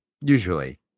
usually